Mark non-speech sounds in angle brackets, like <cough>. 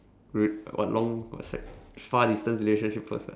<noise> what long what's that <noise> far distance relationship first ah